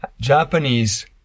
Japanese